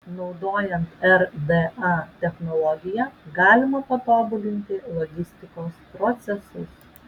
naudojant rda technologiją galima patobulinti logistikos procesus